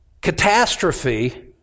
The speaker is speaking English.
catastrophe